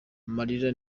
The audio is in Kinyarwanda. amarira